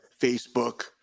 Facebook